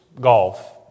Golf